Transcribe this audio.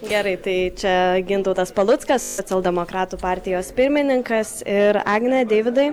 gerai tai čia gintautas paluckas socialdemokratų partijos pirmininkas ir agne deividai